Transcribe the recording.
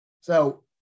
So-